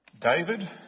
David